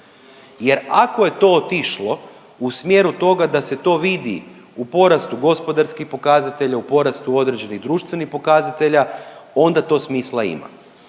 Jer ako je to otišlo u smjeru toga da se to vidi u porastu gospodarskih pokazatelja, u porastu određenih društvenih pokazatelja onda to smisla ima.